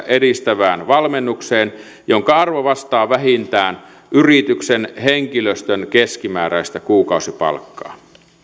edistävään valmennukseen jonka arvo vastaa vähintään yrityksen henkilöstön keskimääräistä kuukausipalkkaa